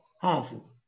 harmful